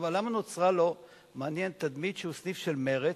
אבל למה נוצרה לו תדמית שהוא סניף של מרצ,